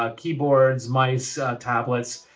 ah keyboards, mice, tablets,